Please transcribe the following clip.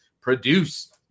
produce